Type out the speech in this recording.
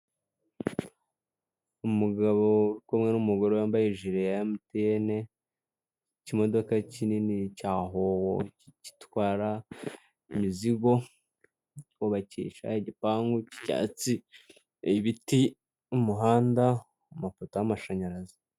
Umugabo uri kumwe n'umugore wambaye ijire ya emutiyene, ikimodoka kinini cya howo gitwara imizigo yo kubakisha igipangu cy'icyatsi, ibiti, umuhanda ugakubitaho amashanyarazi.